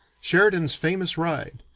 sheridan's famous ride,